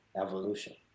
evolution